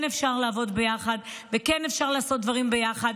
לכך שאפשר לעבוד יחד ולעשות דברים יחד,